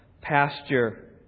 pasture